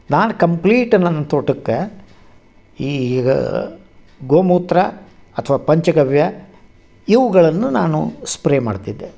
ನಾನು ಕಂಪ್ಲೀಟ್ ನನ್ನ ತೋಟಕ್ಕೆ ಈ ಈಗ ಗೋ ಮೂತ್ರ ಅಥ್ವ ಪಂಚಗವ್ಯ ಇವುಗಳನ್ನು ನಾನು ಸ್ಪ್ರೇ ಮಾಡ್ತಿದ್ದೆ